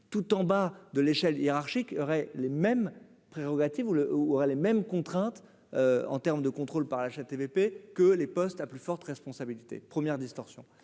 tout en bas de l'échelle hiérarchique aurait les mêmes prérogatives ou le aura les mêmes contraintes en termes de contrôle par la HATVP que les postes à plus fortes responsabilités premières distorsions